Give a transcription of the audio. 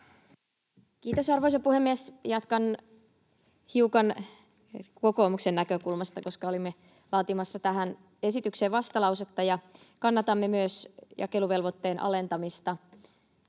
Kiitos, arvoisa puhemies! Jatkan hiukan kokoomuksen näkökulmasta, koska olimme laatimassa tähän esitykseen vastalausetta: Kannatamme myös jakeluvelvoitteen alentamista,